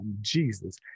Jesus